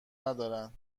ندارن